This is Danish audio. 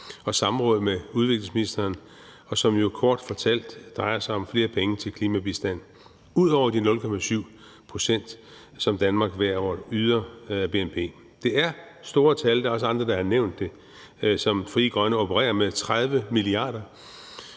og samråd med udviklingsministeren, og som jo kort fortalt drejer sig om flere penge til klimabistand ud over de 0,7 pct., som Danmark hvert år yder af bnp. Det er store tal – der er også andre, der har nævnt det – som Frie Grønne opererer med: 30 mia.